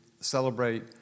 celebrate